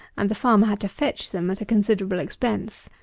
and the farmer had to fetch them at a considerable expense.